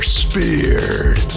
speared